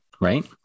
right